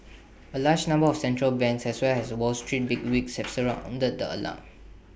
A large number of central banks as well as wall street bigwigs have Sara wounded the alarm